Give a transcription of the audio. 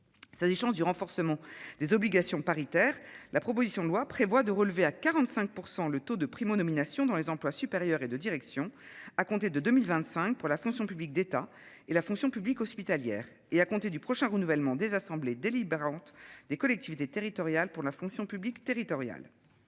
gens du renforcement des obligations paritaire. La proposition de loi prévoit de relever à 45% le taux de Primo nominations dans les emplois supérieurs et de direction à compter de 2025 pour la fonction publique d'État et la fonction publique hospitalière et à compter du prochain renouvellement des assemblées délibérantes des collectivités territoriales pour la fonction publique territoriale.